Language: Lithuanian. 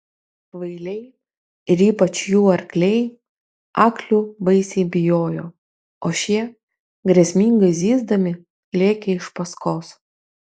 kvailiai ir ypač jų arkliai aklių baisiai bijojo o šie grėsmingai zyzdami lėkė iš paskos